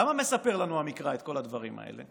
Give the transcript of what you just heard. למה מספר לנו המקרא את כל הדברים האלה?